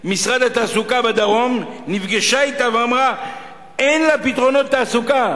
משרד התעסוקה בדרום נפגשה אתה ואמרה: אין לה פתרונות תעסוקה